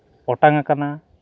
ᱚᱴᱟᱝ ᱟᱠᱟᱱᱟ